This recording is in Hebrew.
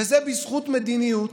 וזה בזכות מדיניות